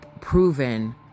proven